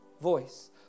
voice